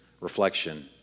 reflection